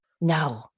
No